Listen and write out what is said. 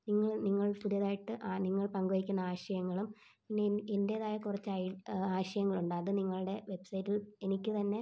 നിങ്ങൾ നിങ്ങൾ പുതിയതായിട്ട് ആ നിങ്ങൾ പങ്കുവയ്ക്കുന്ന ആശയങ്ങളും പിന്നെ എൻ എൻ്റേതായ കുറച്ച് ആശയങ്ങൾ ഉണ്ട് അത് നിങ്ങളുടെ വെബ്സൈറ്റിൽ എനിക്ക് തന്നെ